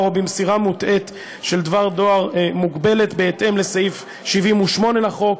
או במסירה מוטעית של דבר דואר מוגבלת בהתאם לסעיף 78 לחוק,